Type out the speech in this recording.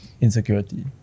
insecurity